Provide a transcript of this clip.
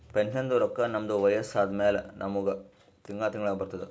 ಪೆನ್ಷನ್ದು ರೊಕ್ಕಾ ನಮ್ದು ವಯಸ್ಸ ಆದಮ್ಯಾಲ ನಮುಗ ತಿಂಗಳಾ ತಿಂಗಳಾ ಬರ್ತುದ್